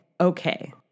okay